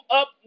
up